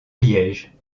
liège